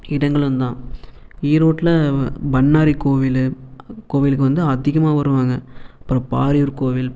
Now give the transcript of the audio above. இடங்களும் தான் ஈரோட்டில் பண்ணாரி கோவில் கோவிலுக்கு வந்து அதிகமாக வருவாங்கள் அப்புறோம் பாரி ஊர் கோவில்